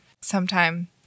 sometime